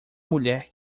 mulher